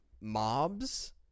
mobs